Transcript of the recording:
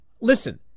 listen